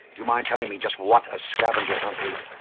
you mind telling me just what a scavenger hunt is?